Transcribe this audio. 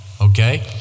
Okay